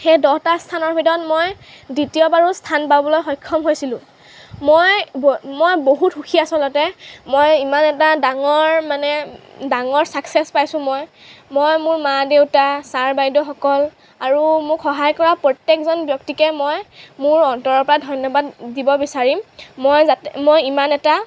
সেই দহটা স্থানৰ ভিতৰত মই দ্বিতীয়বাৰো স্থান পাবলৈ সক্ষম হৈছিলোঁ মই ব মই বহুত সুখী আচলতে মই ইমান এটা ডাঙৰ মানে ডাঙৰ ছাক্সেছ পাইছোঁ মই মই মোৰ মা দেউতা ছাৰ বাইদেউসকল আৰু মোক সহায় কৰা প্ৰত্যেকজন ব্যক্তিকে মই মোৰ অন্তৰৰ পৰা মই ধন্যবাদ দিব বিচাৰিম মই যাতে মই ইমান এটা